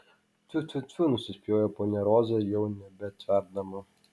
tfiu tfiu tfiu nusispjovė ponia roza jau nebetverdama